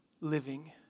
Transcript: living